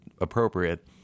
appropriate